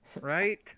Right